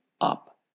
up